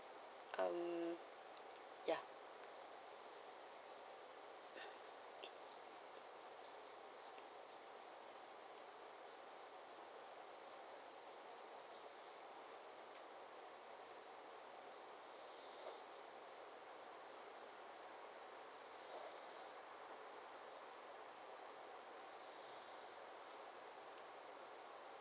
um ya